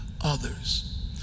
others